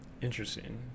interesting